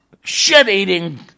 shit-eating